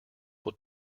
will